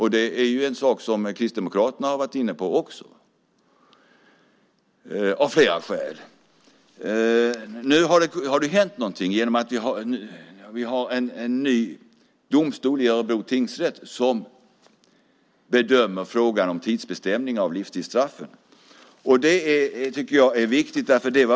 Det är något som Kristdemokraterna också har varit inne på av flera skäl. Nu har det hänt något genom att vi har en ny domstol i Örebro tingsrätt som bedömer frågan om tidsbestämning av livstidsstraffen. Det tycker jag är viktigt.